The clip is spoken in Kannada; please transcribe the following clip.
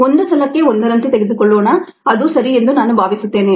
ಒಂದು ಸಲಕ್ಕೆ ಒಂದರಂತೆ ತೆಗೆದುಕೊಳ್ಳೋಣ ಅದು ಸರಿ ಎಂದು ನಾನು ಭಾವಿಸುತ್ತೇನೆ